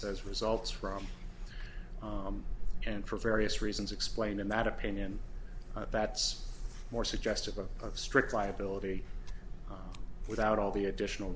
says results from and for various reasons explained in that opinion that's more suggestive of strict liability without all the additional